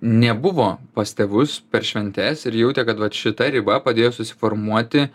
nebuvo pas tėvus per šventes ir jautė kad vat šita riba padėjo susiformuoti